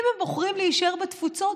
אם הם בוחרים להישאר בתפוצות,